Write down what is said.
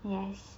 yes